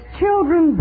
children